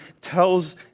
tells